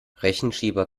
rechenschieber